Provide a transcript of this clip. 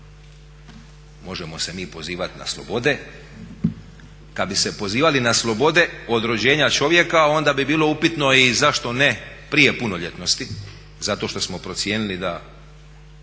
Možemo se mi pozivati na slobode. Kad bi se pozivali na slobode od rođenja čovjeka onda bi bilo upitno i zašto ne prije punoljetnosti? Zato što smo procijenili da